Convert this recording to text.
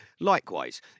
Likewise